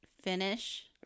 finish